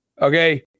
Okay